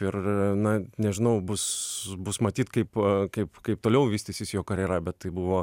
ir na nežinau bus bus matyt kaip kaip kaip toliau vystysis jo karjera bet tai buvo